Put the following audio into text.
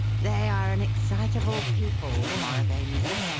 they are an excitable people, the mauravanians,